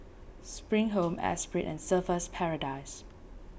Spring Home Esprit and Surfer's Paradise